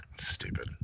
Stupid